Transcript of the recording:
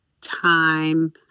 time